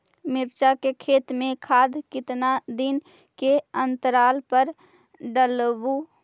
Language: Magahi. मिरचा के खेत मे खाद कितना दीन के अनतराल पर डालेबु?